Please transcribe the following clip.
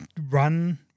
run